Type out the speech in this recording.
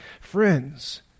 Friends